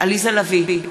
עליזה לביא,